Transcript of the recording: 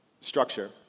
structure